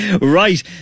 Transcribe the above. Right